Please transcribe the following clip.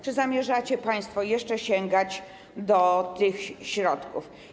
Czy zamierzacie państwo jeszcze sięgać do tych środków?